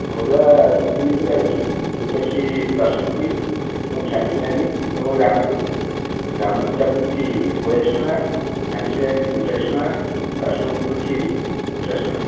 ଅରୁଆ ତିନି ପ୍ରକାର ଅଛି ଗୋଟେ ଅଛି ବାସୁମତି ଏବଂ ଝାନ୍ସି ରାଣୀ ଏବଂ ରାମକୋ ରାମକୋ ଚାଲିଛି ବୟାଳିଶି ଟଙ୍କା ଝାନ୍ସି ରାଣୀ ପଇଁଚାଳିଶି ଟଙ୍କା ବାସୁମତି ପଡ଼ୁଛି ପଚାଶ ଟଙ୍କା